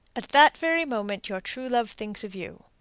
at that very moment your true love thinks of you.